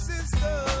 Sister